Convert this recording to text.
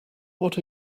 what